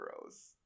gross